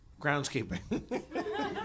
groundskeeping